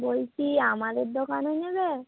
বলছি আমাদের দোকানে নেবে